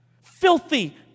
filthy